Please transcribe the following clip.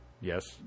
Yes